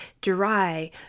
dry